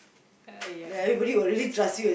ha ya right